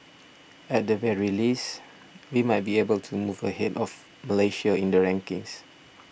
at the very least we might be able to move ahead of Malaysia in the rankings